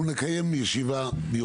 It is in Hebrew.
אנחנו נקיים ישיבה,